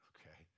Okay